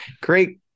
great